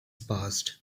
passed